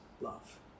love